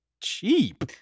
cheap